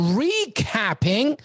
recapping